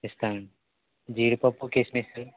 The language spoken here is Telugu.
ఇస్తానండి జీడిపప్పు కిస్మిస్సు